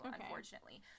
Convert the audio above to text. unfortunately